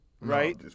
Right